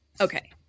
Okay